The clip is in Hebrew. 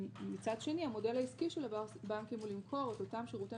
ומצד שני המודל העסקי של הבנקים הוא למכור את אותם שירותי